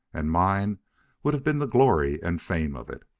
and mine would have been the glory and fame of it!